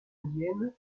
indienne